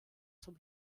zum